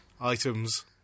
items